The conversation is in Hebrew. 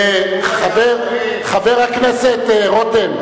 חבר הכנסת רותם,